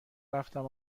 رفتم